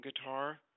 guitar